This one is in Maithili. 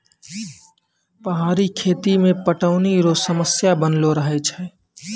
पहाड़ी खेती मे पटौनी रो समस्या बनलो रहै छै